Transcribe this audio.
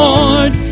Lord